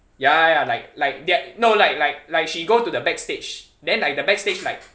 ya ya ya like like like their no like like like she go to the backstage then like the backstage like